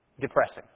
depressing